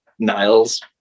Niles